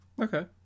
okay